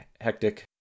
hectic